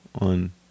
on